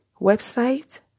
website